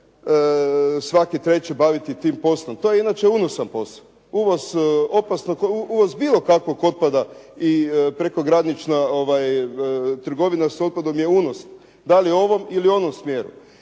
svaki treći baviti tim poslom. To je inače unosan posao. Uvoz bilo kakvog otpada i preko granična trgovina sa otpadom je unosna. Da li u ovom ili u onom smjeru.